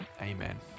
amen